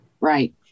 Right